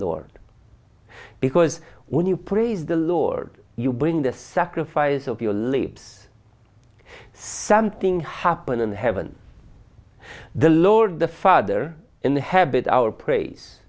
lord because when you praise the lord you bring the sacrifice of your lives something happened in the heavens the lord the father in the habit our praise